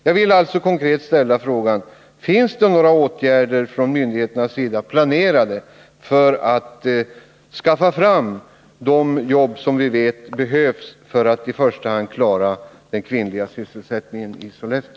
Jag vill alltså konkret ställa frågan: Finns det några åtgärder från myndigheternas sida planerade för att skaffa fram de jobb som vi vet behövs för att i första hand klara den kvinnliga sysselsättningen i Sollefteå?